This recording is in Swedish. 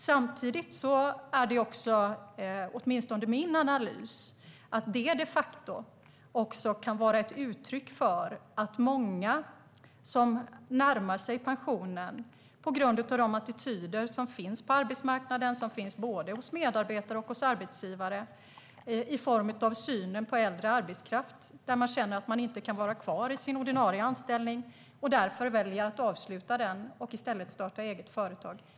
Samtidigt är det åtminstone min analys att detta de facto kan vara ett uttryck för att många som närmar sig pensionen känner att de inte kan vara kvar i sin ordinarie anställning på grund av de attityder som finns på arbetsmarknaden, både hos medarbetare och arbetsgivare, i form av synen på äldre arbetskraft. Därför väljer de att avsluta anställningen och i stället starta eget företag.